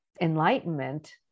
enlightenment